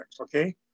Okay